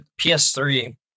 PS3